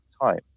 time